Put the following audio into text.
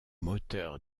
moteur